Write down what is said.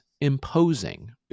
imposing